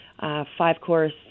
five-course